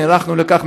נערכנו לכך,